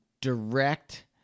direct